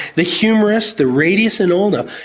the humerus, the radius and ulna,